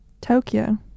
Tokyo